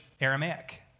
Aramaic